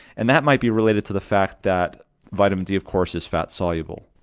and that might be related to the fact that vitamin d, of course, is fat soluble.